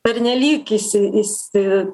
pernelyg įsi įsi